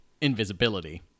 invisibility